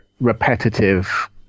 repetitive